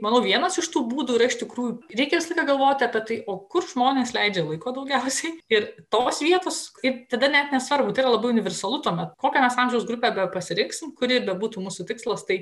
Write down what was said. manau vienas iš tų būdų yra iš tikrųjų reikia visą laiką galvoti apie tai o kur žmonės leidžia laiko daugiausiai ir tos vietos kaip tada net nesvarbu tai labai universalu tuomet kokią mes amžiaus grupę bepasirinksim kuri ir bebūtų mūsų tikslas tai